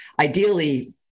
ideally